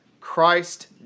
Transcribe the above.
Christ